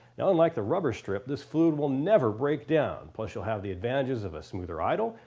now unlike the rubber strip, this fluid will never break down, plus you'll have the advantages of a smoother idle,